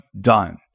done